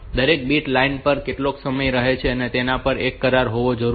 તો દરેક bit line પર કેટલો સમય રહે છે તેના પર એક કરાર હોવો જરૂરી છે